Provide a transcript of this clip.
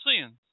sins